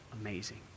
amazing